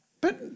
But-